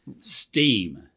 Steam